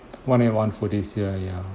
one eight one for this year ya